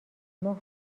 ماه